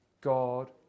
God